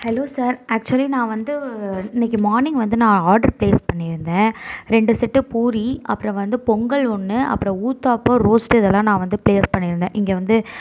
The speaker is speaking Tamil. ஹலோ சார் ஆக்சுவலி நான் வந்து இன்னிக்கு மார்னிங் வந்து நான் ஆர்டர் ப்ளேஸ் பண்ணியிருந்தேன் ரெண்டு செட்டு பூரி அப்புறம் வந்து பொங்கல் ஒன்று அப்புறம் ஊத்தப்பம் ரோஸ்ட்டு இதெல்லாம் நான் வந்து பிளேஸ் பண்ணியிருந்தேன் இங்கே வந்து